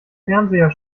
fernseher